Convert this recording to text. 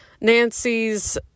Nancy's